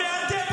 גם זה יהיה שמי.